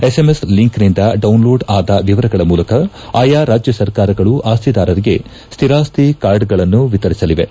SMS ಲಿಂಕ್ನಿಂದ download ಆದ ವಿವರಗಳ ಮೂಲಕ ಆಯಾ ರಾಜ್ಯ ಸರ್ಕಾರಗಳು ಆಸ್ಲಿದಾರರಿಗೆ ಸ್ನಿರಾಸ್ಲಿ ಕಾರ್ಡ್ಗಳನ್ನು ವಿತರಿಸಲಿವೆ